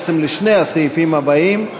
בעצם לשני הסעיפים הבאים,